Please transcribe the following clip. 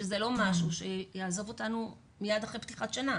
שזה לא משהו שיעזוב אותנו מיד אחרי פתיחת שנה,